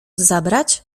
zabrać